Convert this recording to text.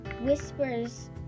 Whisper's